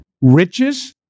riches